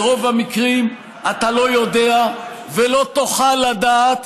ברוב המקרים אתה לא יודע ולא תוכל לדעת